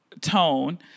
tone